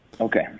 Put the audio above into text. Okay